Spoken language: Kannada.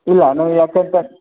ಇಲ್ಲ ನಾವು ಎಪ್ಪತ್ತು ಪರ್